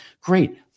Great